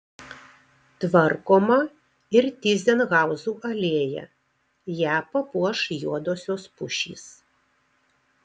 tvarkoma ir tyzenhauzų alėja ją papuoš juodosios pušys